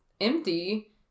empty